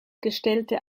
gestellte